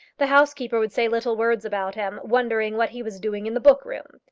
the housekeeper would say little words about him, wondering what he was doing in the book-room.